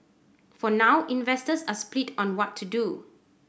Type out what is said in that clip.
for now investors are split on what to do